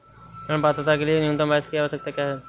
ऋण पात्रता के लिए न्यूनतम वर्ष की आवश्यकता क्या है?